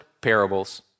parables